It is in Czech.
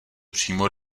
přímo